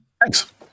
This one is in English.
Thanks